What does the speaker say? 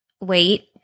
wait